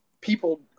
People